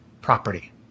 property